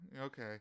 Okay